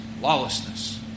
lawlessness